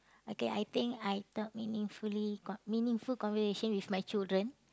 okay I think I talk meaningfully con~ meaningful conversation with my children